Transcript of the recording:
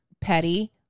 petty